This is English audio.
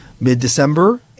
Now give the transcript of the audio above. mid-December